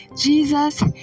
Jesus